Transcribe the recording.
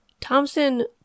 Thompson